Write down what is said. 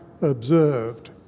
observed